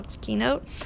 keynote